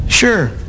Sure